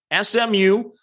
SMU